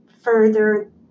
further